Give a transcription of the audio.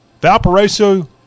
Valparaiso